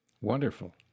Wonderful